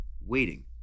waiting